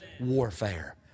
Warfare